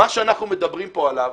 מה שאנחנו מדברים פה עליו